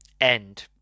end